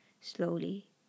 Slowly